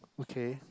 okay